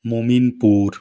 Mominpur